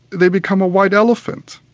they become a white elephant.